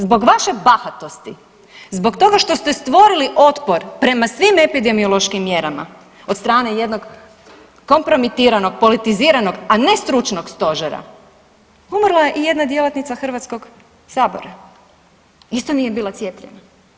Zbog vaše bahatosti, zbog toga što ste stvorili otpor prema svim epidemiološkim mjerama od strane jednog kompromitiranog, politiziranog, a ne stručnog stožera umrla je i jedna djelatnica HS-a, isto nije bila cijepljena.